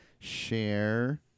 Share